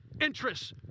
interests